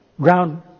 ground